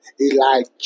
Elijah